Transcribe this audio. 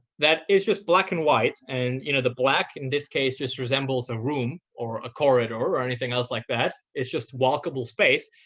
that is just black and white. and you know the black in this case just resembles a room or a corridor or anything else like that. it's just walkable space.